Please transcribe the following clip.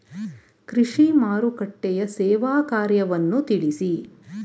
ಕೃಷಿ ಮಾರುಕಟ್ಟೆಯ ಸೇವಾ ಕಾರ್ಯವನ್ನು ತಿಳಿಸಿ?